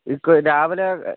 ഇപ്പോൾ രാവിലെ